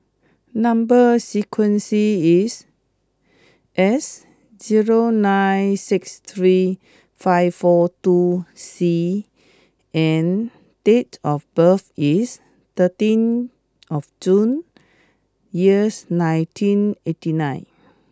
number sequence is S zero nine six three five four two C and date of birth is thirteen of June years nineteen eighty nine